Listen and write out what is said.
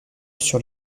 sur